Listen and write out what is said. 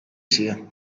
sia